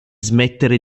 smettere